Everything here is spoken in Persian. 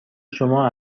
شما